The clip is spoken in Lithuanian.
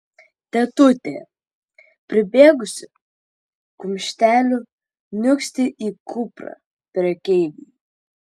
tetutė pribėgusi kumšteliu niūksi į kuprą prekeiviui